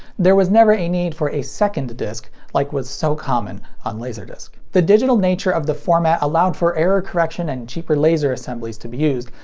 there was never a need for a second disc like was so common on laserdisc. the digital nature of the format allowed for error correction and cheaper laser assemblies to be used,